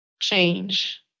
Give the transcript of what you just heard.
change